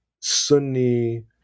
Sunni